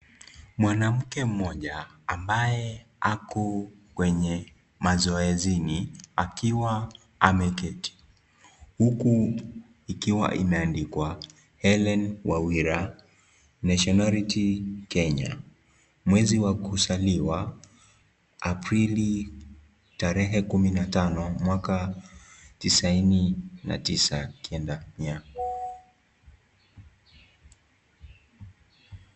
Mwanamke mmoja ambaye ako kwenye mazoezini akiwa ameketi huku ikiwa imeandikwa Hellen Wawera, Nationality Kenya ,mwezi wa kuzaliwa aprili,15 1999.